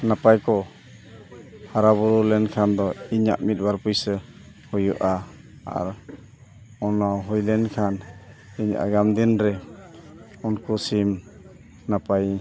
ᱱᱟᱯᱟᱭ ᱠᱚ ᱦᱟᱨᱟ ᱵᱩᱨᱩ ᱞᱮᱱᱠᱷᱟᱱ ᱫᱚ ᱤᱧᱟᱹᱜ ᱢᱤᱫ ᱵᱟᱨ ᱯᱩᱭᱥᱟᱹ ᱦᱩᱭᱩᱜᱼᱟ ᱟᱨ ᱚᱱᱟ ᱦᱩᱭ ᱞᱮᱱᱠᱞᱷᱟᱱ ᱤᱧ ᱟᱜᱟᱢ ᱫᱤᱱ ᱨᱮ ᱩᱱᱠᱩ ᱥᱤᱢ ᱱᱟᱯᱟᱭ ᱤᱧ